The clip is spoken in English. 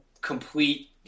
complete